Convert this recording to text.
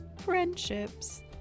friendships